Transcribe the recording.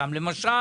למשל